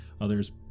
others